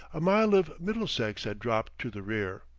a mile of middlesex had dropped to the rear.